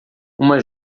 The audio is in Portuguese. uma